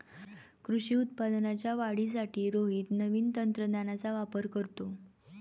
कृषी उत्पादनाच्या वाढीसाठी रोहित नवीन तंत्रज्ञानाचा वापर करतो